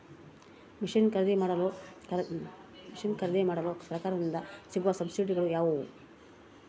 Mission ಖರೇದಿಮಾಡಲು ಸರಕಾರದಿಂದ ಸಿಗುವ ಸಬ್ಸಿಡಿಗಳು ಯಾವುವು?